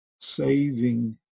saving